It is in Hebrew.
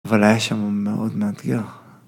אבל היה שם מאוד מאתגר.